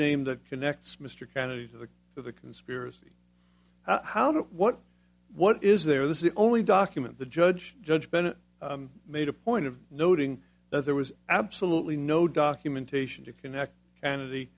name that connects mr kennedy to the for the conspiracy how do what what is there this is only document the judge judge bennett made a point of noting that there was absolutely no documentation to connect kennedy